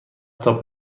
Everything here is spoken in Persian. تاپ